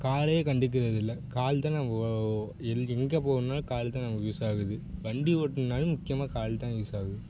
காலையே கண்டுக்கிறது இல்லை கால் தான் நம்ம ஒ எல் எங்கே போகணும்னாலும் கால் தான் நமக்கு யூஸ் ஆகுது வண்டி ஓட்டணுனாலும் முக்கியமாக கால் தான் யூஸ் ஆகுது